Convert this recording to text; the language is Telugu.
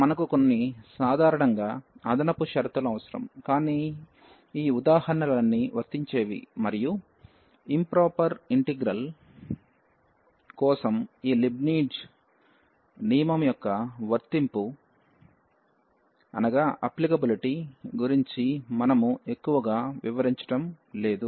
మనకు సాధారణంగా కొన్ని అదనపు షరతులు అవసరం కానీ ఈ ఉదాహరణలన్నీ వర్తించేవి మరియు ఇంప్రాపర్ ఇంటిగ్రల్ కోసం ఈ లీబ్నిట్జ్ నియమము యొక్క వర్తింపు ల గురించి మనము ఎక్కువగా వివరించడం లేదు